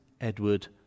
Edward